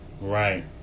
right